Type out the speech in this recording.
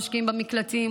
משקיעים במקלטים,